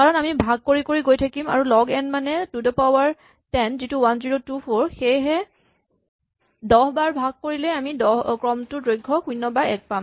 কাৰণ আমি ভাগ কৰি কৰি গৈ থাকিম আৰু লগ এন মানে two to the power ten যিটো ১০২৪ সেয়েহে ১০ বাৰ ভাগ কৰিলেই আমি ক্ৰমটোৰ দৈৰ্ঘ ০ বা ১ পাম